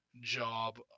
job